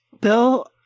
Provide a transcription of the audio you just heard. Bill